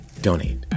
donate